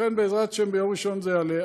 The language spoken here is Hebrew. לכן, בעזרת השם, ביום ראשון זה יעלה.